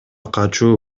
качуу